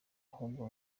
ahubwo